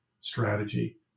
strategy